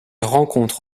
rencontre